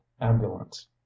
ambulance